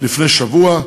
לפני שבוע,